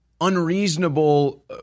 unreasonable